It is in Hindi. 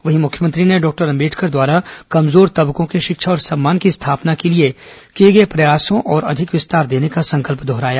वहीं मुख्यमंत्री ने डॉक्टर अंबेडकर द्वारा कमजोर तबकों की शिक्षा और सम्मान की स्थापना के लिए किए गए प्रयासों को और अधिक विस्तार देने का संकल्प दोहराया